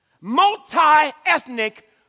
multi-ethnic